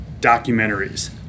documentaries